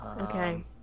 Okay